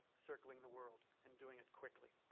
circling the world, and doing it quickly.